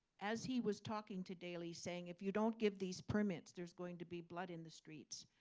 as he was talking to daley, saying, if you don't give these permits there's going to be blood in the streets.